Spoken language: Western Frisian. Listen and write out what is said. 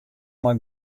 mei